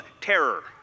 terror